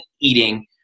eating